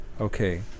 okay